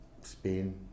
Spain